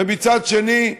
ומצד שני,